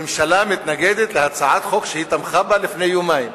ממשלה מתנגדת להצעת חוק שהיא תמכה בה לפני יומיים,